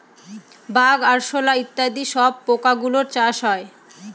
bug, আরশোলা ইত্যাদি সব পোকা গুলোর চাষ হয়